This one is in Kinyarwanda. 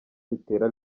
bitera